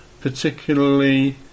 particularly